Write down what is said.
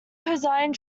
cosine